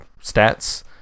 stats